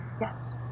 Yes